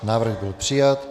Návrh byl přijat.